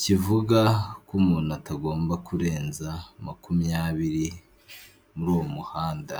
kivuga ko umuntu atagomba kurenza makumyabiri muri uwo muhanda.